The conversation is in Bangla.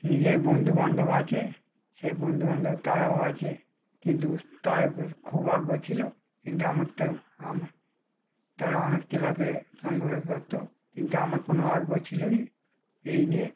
নিজের বন্ধুবান্ধব আছে সেই বন্ধুবান্ধব তারাও আছে কিন্তু তার খুব আগ্রহ ছিল কিন্তু আমার তো আমার তারা অনেক ক্লাবে সঙ্গ করত কিন্তু আমার কোনো আগ্রহ ছিল না এই নিয়ে